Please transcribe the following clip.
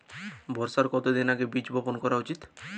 বর্ষার কতদিন আগে বীজ বপন করা উচিৎ?